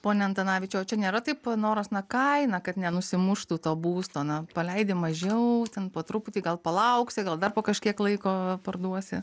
pone antanavičiau o čia nėra taip noras na kaina kad nenusimuštų to būsto na paleidi mažiau ten po truputį gal palauksi gal dar po kažkiek laiko parduosi